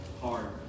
hard